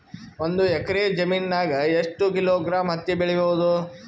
ಒಂದ್ ಎಕ್ಕರ ಜಮೀನಗ ಎಷ್ಟು ಕಿಲೋಗ್ರಾಂ ಹತ್ತಿ ಬೆಳಿ ಬಹುದು?